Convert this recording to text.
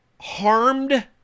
harmed